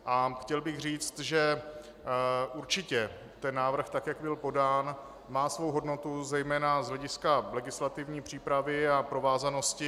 A chtěl bych říct, že určitě ten návrh, jak by podán, má svou hodnotu zejména z hlediska legislativní přípravy a provázanosti.